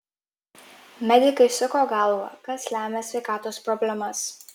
medikai suko galvą kas lemia sveikatos problemas